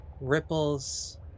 ripples